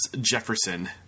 Jefferson